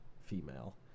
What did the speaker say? female